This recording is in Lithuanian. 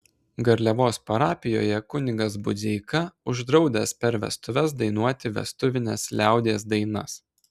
garliavos parapijoje kunigas budzeika uždraudęs per vestuves dainuoti vestuvines liaudies dainas